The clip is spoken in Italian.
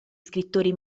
scrittori